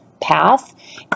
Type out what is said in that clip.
path